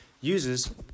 uses